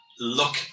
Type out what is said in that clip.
look